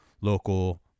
local